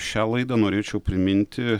šią laidą norėčiau priminti